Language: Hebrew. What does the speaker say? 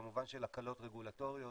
במובן של הקלות רגולטוריות,